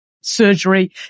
surgery